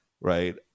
right